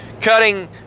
cutting